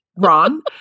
Ron